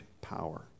power